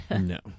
No